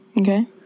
Okay